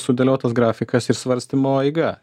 sudėliotas grafikas ir svarstymo eiga